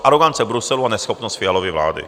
Arogance Bruselu a neschopnost Fialovy vlády.